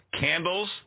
Candles